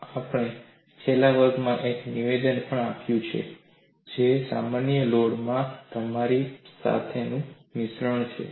અને આપણે છેલ્લા વર્ગમાં એક નિવેદન પણ આપ્યું છે જે સામાન્ય લોડ માં તમારી સાથેનું મિશ્રણ છે